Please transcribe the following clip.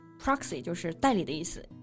proxy就是代理的意思